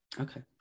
Okay